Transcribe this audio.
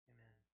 Amen